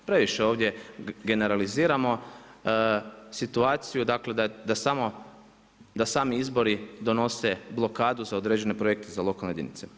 Previše ovdje generaliziramo situaciju, dakle da sami izbori donose blokadu za određene projekte za lokalne jedinice.